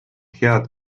head